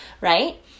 right